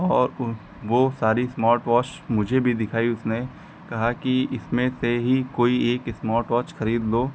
और वह सारी इस्मार्टवाच मुझे भी दिखाई उसने कहा कि इसमें से ही कोई एक इस्मार्टवाच खरीद लो